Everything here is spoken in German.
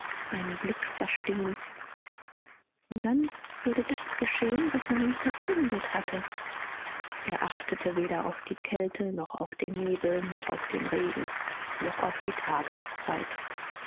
einen blick verstehen und dann würde das geschehen was man ihm verkündet hatte er achtete weder aus die kälte noch auf den nebel noch auf den regen noch auf die tageszeit